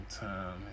time